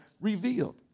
revealed